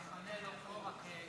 כן.